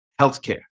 healthcare